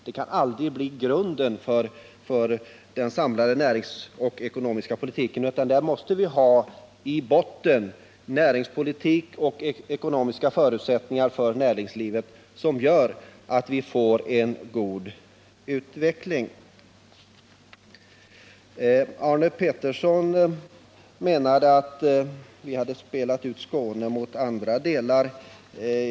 Den kan aldrig utgöra grunden för den samlade näringspolitiken och den ekonomiska politiken, utan där måste vi i botten ha näringspolitik och ekonomiska förutsättningar för näringslivet som gör att vi får en god utveckling. Arne Pettersson menade att vi hade spelat ut Skåne mot andra delar.